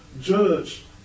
judge